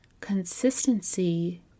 consistency